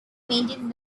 maintains